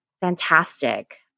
fantastic